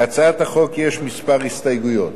להצעת החוק יש כמה הסתייגויות.